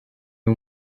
uyu